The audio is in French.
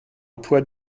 emploi